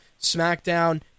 SmackDown